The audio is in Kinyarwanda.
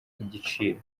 igiciro